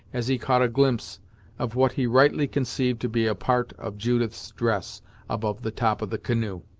as he caught a glimpse of what he rightly conceived to be a part of judith's dress above the top of the canoe.